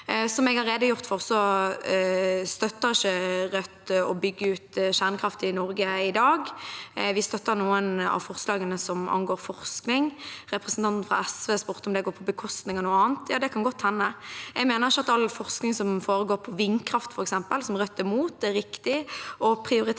Som jeg har redegjort for, støtter ikke Rødt å bygge ut kjernekraft i Norge i dag. Vi støtter noen av forslagene som angår forskning. Representanten fra SV spurte om det går på bekostning av noe annet. Ja, det kan godt hende. Jeg mener ikke at all forskning som foregår på vindkraft, f.eks., som Rødt er mot, er riktig